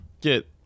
get